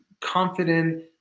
confident